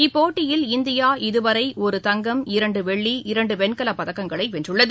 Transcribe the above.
இப்போட்டியில் இந்தியா இதுவரை ஒரு தங்கம் இரண்டு வெள்ளி இரண்டு வெண்கலப் பதக்கங்களை வென்றுள்ளது